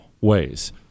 ways